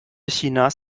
chinas